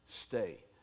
stay